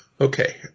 Okay